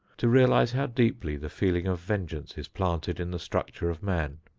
to realize how deeply the feeling of vengeance is planted in the structure of man.